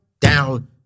down